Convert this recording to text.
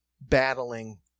battling